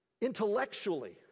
Intellectually